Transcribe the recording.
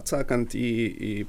atsakant į į